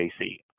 AC